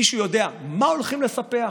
מישהו יודע מה הולכים לספח,